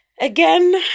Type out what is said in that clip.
again